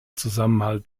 zusammenhalt